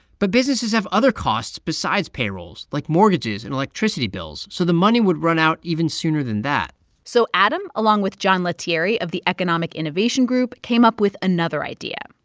but businesses have other costs besides payrolls, like mortgages and electricity bills. so the money would run out even sooner than that so adam, along with john lettieri of the economic innovation group, came up with another idea.